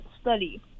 study